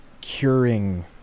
curing